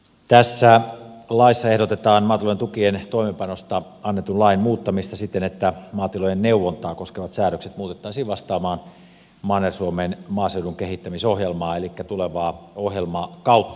tässä laissa ehdotetaan maatalouden tukien toimeenpanosta annetun lain muuttamista siten että maatilojen neuvontaa koskevat säädökset muutettaisiin vastaamaan manner suomen maaseudun kehittämisohjelmaa elikkä tulevaa ohjelmakautta